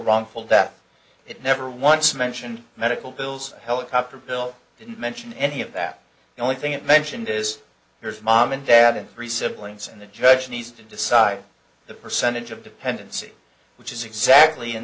wrongful that it never once mentioned medical bills helicopter bill didn't mention any of that the only thing it mentioned is here's mom and dad and three siblings and the judge needs to decide the percentage of dependency which is exactly in